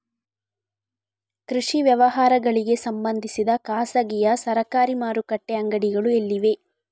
ಕೃಷಿ ವ್ಯವಹಾರಗಳಿಗೆ ಸಂಬಂಧಿಸಿದ ಖಾಸಗಿಯಾ ಸರಕಾರಿ ಮಾರುಕಟ್ಟೆ ಅಂಗಡಿಗಳು ಎಲ್ಲಿವೆ?